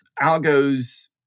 Algos